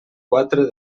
quatre